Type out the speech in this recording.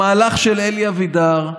המהלך של אלי אבידר,